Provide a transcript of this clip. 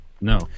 No